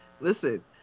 Listen